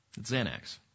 Xanax